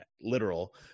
literal